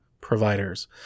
providers